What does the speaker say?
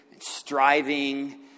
striving